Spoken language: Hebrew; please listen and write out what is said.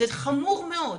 זה חמור מאוד.